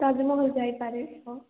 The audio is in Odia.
ତାଜମହଲ୍ ଯାଇପାରେ ହଁ